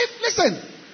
Listen